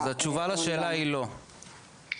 התשובה לשאלה היא "לא".